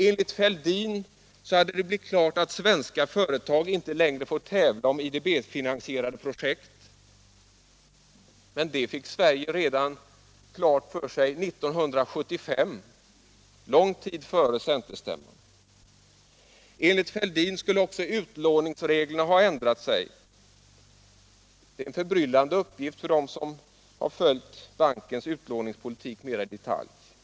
Enligt herr Fälldin hade det blivit klart att svenska företag inte längre får tävla om IDB-finansierade projekt — men det fick Sverige klart för sig redan 1975, långt före centerstämman. Enligt herr Fälldin skulle också utlåningsreglerna ha ändrats. Det är en förbryllande uppgift för dem som har följt bankens utlåningspolitik mera i detalj.